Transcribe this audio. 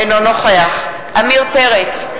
אינו נוכח עמיר פרץ,